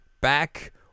Back